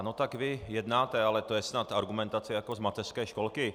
No tak vy jednáte, ale to je snad argumentace jako z mateřské školky.